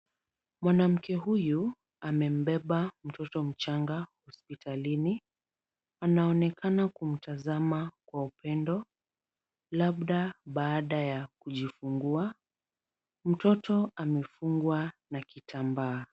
Mwanamke huyu amembeba mtoto mchanga hospitalini, Anaonekana kumtazama kwa upendo labda baada ya kujifungua. Mtoto amefungwa na kitambaa.